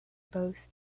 both